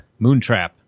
Moontrap